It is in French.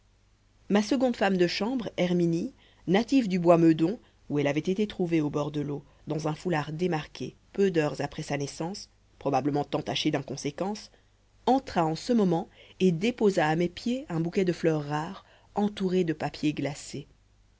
ma seconde femme de chambre herminie native du bois meudon où elle avait été trouvée au bord de l'eau dans un foulard démarqué peu d'heures après sa naissance probablement entachée d'inconséquences entra en ce moment et déposa à mes pieds un bouquet de fleurs rares entouré de papier glacé